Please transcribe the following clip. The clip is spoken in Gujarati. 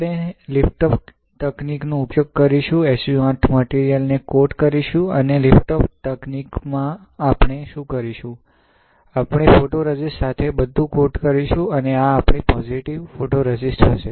આપણે લિફ્ટઓફ તકનીકનો ઉપયોગ કરીશું SU 8 મટીરિયલ ને કોટ કરીશું અને લિફ્ટઓફ તકનીકમાં આપણે શું કરીશું આપણે ફોટોરેઝિસ્ટ સાથે બધું કોટ કરીશું અને આ આપણી પોજિટિવ ફોટોરેઝિસ્ટ હશે